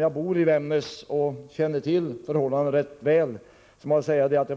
Jag bor i Vännäs och känner således till förhållandena rätt väl. Därför blev